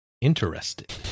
interested